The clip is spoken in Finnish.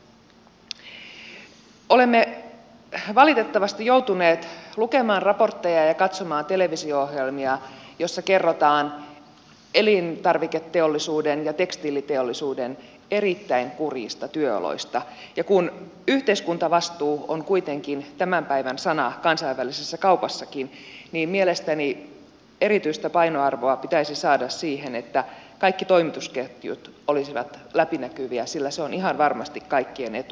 olemme valitettavasti joutuneet lukemaan raportteja ja katsomaan televisio ohjelmia joissa kerrotaan elintarviketeollisuuden ja tekstiiliteollisuuden erittäin kurjista työoloista ja kun yhteiskuntavastuu on kuitenkin tämän päivän sana kansainvälisessä kaupassakin niin mielestäni erityistä painoarvoa pitäisi saada siihen että kaikki toimitusketjut olisivat läpinäkyviä sillä se on ihan varmasti kaikkien etu